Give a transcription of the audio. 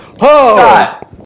Scott